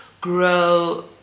grow